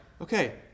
okay